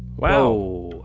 wow! whoa!